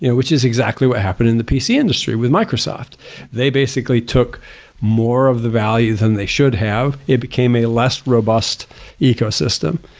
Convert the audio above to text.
yeah which is exactly what happened in the pc industry with microsoft they basically took more of the value than they should have, it became a less robust ecosystem.